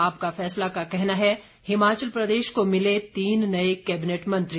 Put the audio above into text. आपका फैसला का कहना है हिमाचल प्रदेश को मिले तीन नए कैबिनेट मंत्री